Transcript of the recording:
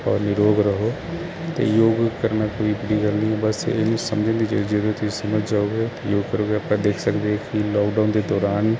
ਔਰ ਨਿਰੋਗ ਰਹੋ ਤੇ ਯੋਗ ਕਰਨਾ ਕੋਈ ਇੱਡੀ ਗੱਲ ਨਹੀਂ ਬਸ ਇਹਨੂੰ ਸਮਝਣ ਲਈ ਜਦੋਂ ਤੁਸੀਂ ਸਮਝ ਜਾਓਗੇ ਯੋਗ ਕਰੋਗੇ ਆਪਾਂ ਦੇਖ ਸਕਦੇ ਫੀ ਲਾਕਡਾਊਨ ਦੇ ਦੌਰਾਨ